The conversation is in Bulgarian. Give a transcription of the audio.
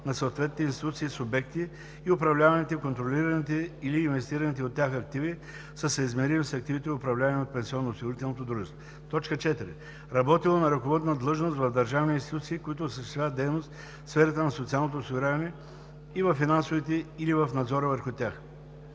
4. работило на ръководна длъжност в държавни институции, които осъществяват дейност в сферата на социалното осигуряване и във финансите или в надзора върху тях.“